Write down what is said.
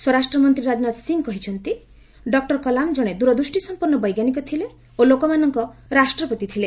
ସ୍ୱରାଷ୍ଟ୍ରମନ୍ତ୍ରୀ ରାଜନାଥ ସିଂ କହିଛନ୍ତି ଡକ୍କର କଲାମ୍ ଜଣେ ଦ୍ୱରଦ୍ଷ୍ଟିସମ୍ପନ୍ନ ବୈଜ୍ଞାନିକ ଥିଲେ ଓ ଲୋକମାନଙ୍କ ରାଷ୍ଟ୍ରପତି ଥିଲେ